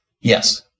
Yes